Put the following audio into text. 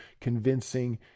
convincing